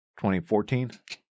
2014